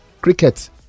Cricket